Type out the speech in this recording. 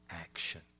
action